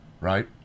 right